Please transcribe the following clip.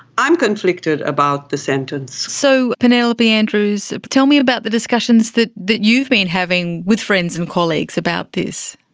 i'm conflicted about the sentence. so, penelope andrews, tell me about the discussions that that you've been having with friends and colleagues about this.